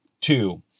Two